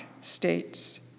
states